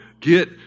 get